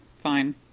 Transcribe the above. fine